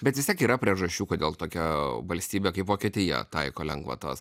bet vis tiek yra priežasčių kodėl tokia valstybė kaip vokietija taiko lengvatas